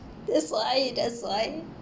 that's why that's why